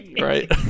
right